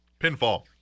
pinfall